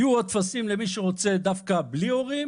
יהיו עוד טפסים למי שרוצה דווקא בלי הורים